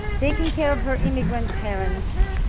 taking care of her immigrant parents.